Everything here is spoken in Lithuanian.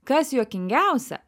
kas juokingiausia